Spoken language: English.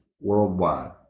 worldwide